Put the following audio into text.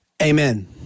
Amen